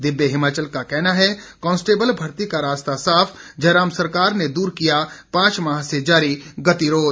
दिव्य हिमाचल का कहना है कांस्टेबल भर्ती का रास्ता साफ जयराम सरकार ने दूर किया पांच माह से जारी गतिरोध